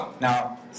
Now